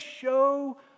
show